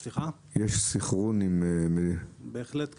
בהחלט כן.